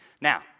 Now